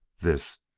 this,